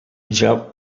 jump